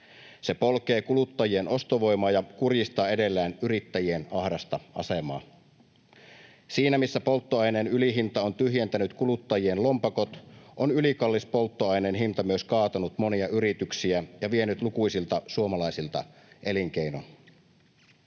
Se polkee kuluttajien ostovoimaa ja kurjistaa edelleen yrittäjien ahdasta asemaa. Siinä, missä polttoaineen ylihinta on tyhjentänyt kuluttajien lompakot, on ylikallis polttoaineen hinta myös kaatanut monia yrityksiä ja vienyt lukuisilta suomalaisilta elinkeinon.